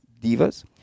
Divas